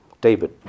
David